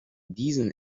diesen